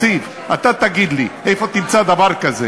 הקואליציה, שהכריח גם אותו להצביע בעד המתווה הזה.